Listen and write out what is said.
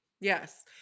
Yes